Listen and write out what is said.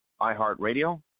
iHeartRadio